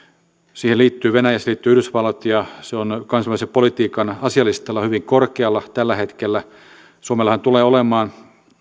siihen liittyy yhdysvallat ja se on kansainvälisen politiikan asialistalla hyvin korkealla tällä hetkellä suomellahan tulee olemaan